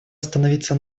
остановиться